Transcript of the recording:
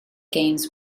games